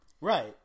Right